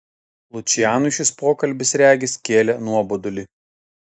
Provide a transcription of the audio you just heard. lučianui šis pokalbis regis kėlė nuobodulį